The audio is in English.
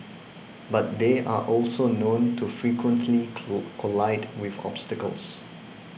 but they are also known to frequently collide with obstacles